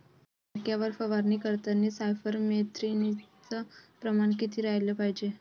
मक्यावर फवारनी करतांनी सायफर मेथ्रीनचं प्रमान किती रायलं पायजे?